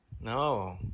no